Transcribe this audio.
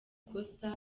kosa